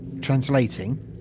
translating